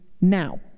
now